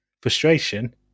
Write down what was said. frustration